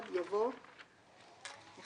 אני מתכבד לפתוח את ישיבת ועדת העבודה,